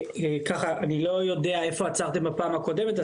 אני לא יודע איפה עצרתם בפעם הקודמת,